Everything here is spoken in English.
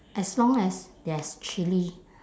as long as there's chilli